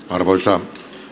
arvoisa